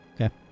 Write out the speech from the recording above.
Okay